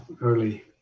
early